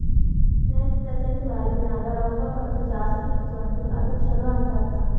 net present value ನಾಗ್ ರೊಕ್ಕಾ ಬರದು ಜಾಸ್ತಿ ಇತ್ತು ಅಂದುರ್ ಅದು ಛಲೋ ಅಂತ್ ಅರ್ಥ